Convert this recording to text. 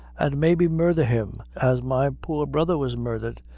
an' maybe murdher him, as my poor brother was murdhered.